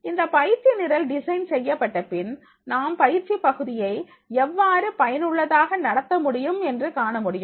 இந்த பயிற்சி நிரல் டிசைன் செய்யப்பட்ட பின் நாம் பயிற்சி பகுதியை எவ்வாறு பயனுள்ளதாக நடத்த முடியும் என்று காண முடியும்